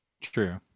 true